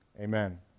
Amen